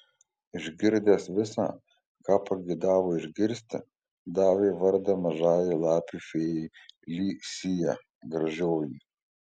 išgirdęs visa ką pageidavo išgirsti davė vardą mažajai lapių fėjai li sija gražioji